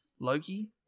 Loki